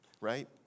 right